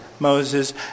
Moses